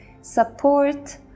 support